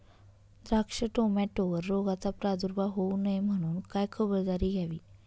द्राक्ष, टोमॅटोवर रोगाचा प्रादुर्भाव होऊ नये म्हणून काय खबरदारी घ्यावी?